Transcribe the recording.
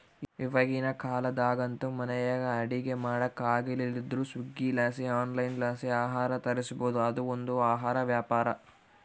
ಇವಾಗಿನ ಕಾಲದಾಗಂತೂ ಮನೆಯಾಗ ಅಡಿಗೆ ಮಾಡಕಾಗಲಿಲ್ಲುದ್ರ ಸ್ವೀಗ್ಗಿಲಾಸಿ ಆನ್ಲೈನ್ಲಾಸಿ ಆಹಾರ ತರಿಸ್ಬೋದು, ಅದು ಒಂದು ಆಹಾರ ವ್ಯಾಪಾರ